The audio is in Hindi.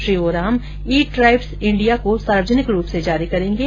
श्री ओराम र्ई ट्राइब्स इंडिया को सार्वजनिक रुप से जारी करेंगे